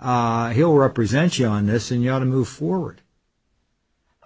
hill represent you on this and you know to move forward